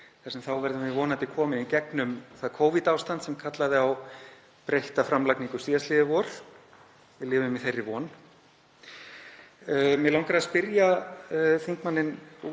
þar sem við verðum þá vonandi komin í gegnum það Covid-ástand sem kallaði á breytta framlagningu síðastliðið vor. Við lifum í þeirri von. Mig langar að spyrja þingmanninn út